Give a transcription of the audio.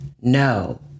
No